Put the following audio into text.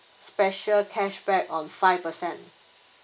special cashback on five percent